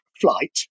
flight